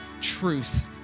truth